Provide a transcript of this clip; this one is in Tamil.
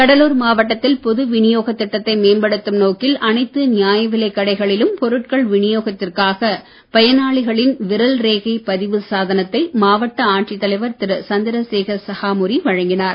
கடலூர் மாவட்டத்தில் பொதுவிநியோக திட்டத்தை மேம்படுத்தும் நோக்கில் அனைத்து நியாய விலை கடைகளிலும் பொருட்கள் விநியோகத்திற்காக பயனாளிகளின் விரல் ரேகை பதிவு சாதனத்தை மாவட்ட ஆட்சித்தலைவர் திரு சந்திரசேகர் சகாமுரி வழங்கினார்